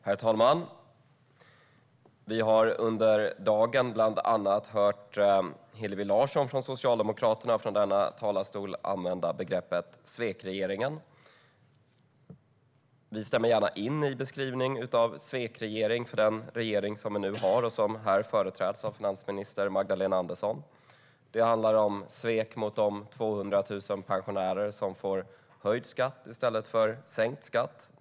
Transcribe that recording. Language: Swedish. Herr talman! Vi har under dagen bland annat hört Hillevi Larsson från Socialdemokraterna i denna talarstol använda begreppet svekregeringen. Vi stämmer gärna in i den beskrivningen när det gäller den regering som vi nu har och som här företräds av finansminister Magdalena Andersson. Det handlar om svek mot de 200 000 pensionärer som får höjd skatt i stället för sänkt skatt.